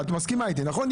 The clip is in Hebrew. את מסכימה איתי, נכון?